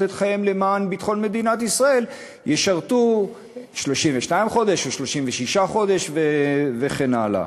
את חייהם למען ביטחון מדינת ישראל ישרתו 32 חודש או 36 חודש וכן הלאה.